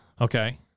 Okay